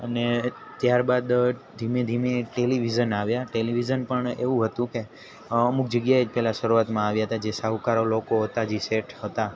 અને ત્યારબાદ ધીમે ધીમે ટેલિવિઝન આવ્યા ટેલિવિઝન પણ એવું હતું કે અમુક જગ્યાએ જ પેલા શરૂઆતમાં આવ્યા તા જે શાહુકારો લોકો હતા જે શેઠ હતા